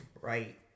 Right